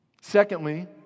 Secondly